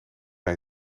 bij